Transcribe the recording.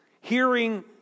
hearing